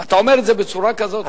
אתה אומר את זה בצורה כזאת כאילו,